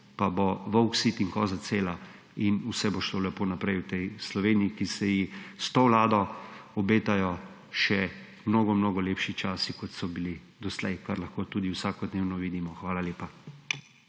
pa bo volk sit in koza cela in vse bo šlo lepo naprej v tej Sloveniji, ki se ji s to vlado obetajo še mnogo, mnogo lepši časi, kot so bili doslej, kar lahko tudi vsakodnevno vidimo. Hvala lepa.